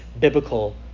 biblical